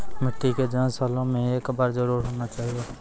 मिट्टी के जाँच सालों मे एक बार जरूर होना चाहियो?